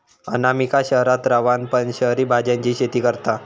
अनामिका शहरात रवान पण शहरी भाज्यांची शेती करता